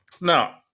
Now